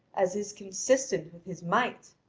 as is consistent with his might.